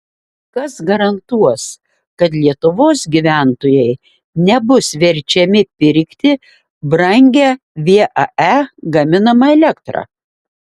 kas garantuos kad lietuvos gyventojai nebus verčiami pirkti brangią vae gaminamą elektrą